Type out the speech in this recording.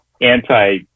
anti